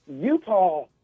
Utah